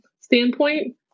standpoint